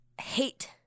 hate